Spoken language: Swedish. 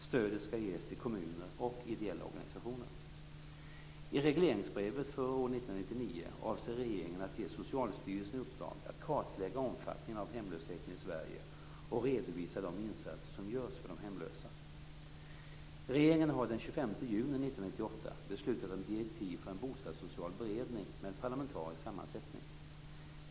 Stödet skall ges till kommuner och ideella organisationer. Regeringen har den 25 juni 1998 beslutat om direktiv för en bostadssocial beredning med en parlamentarisk sammansättning.